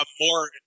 more